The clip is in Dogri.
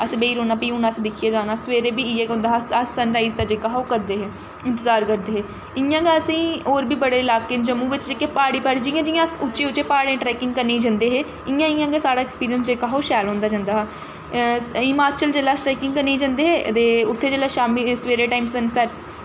असें बेही रौह्ना भाई हून अस दिक्खियै जाना सवेरे बी इ'यै गै होंदा हा अस अस सन राइज दा जेह्का हा ओह् करदे हे इंतजार करदे हे इ'यां गै असें गी होर बी बड़े इलाके न जम्मू बिच्च जेह्के प्हाड़ी प्हाड़ी जि'यां जि'यां अस उच्चे उच्चे प्हाड़ें ट्रैकिंग करने गी जंदे हे इ'यां इ'यां गै साढ़ा अक्सपिंरिंस जेह्का ही ओह् शैल होंदा जंदा हा हिमाचल जेल्लै अस ट्रैकिंग करने गी जंदे हे ते उत्थै जेल्लै शामी सवेरे time sunset sun rise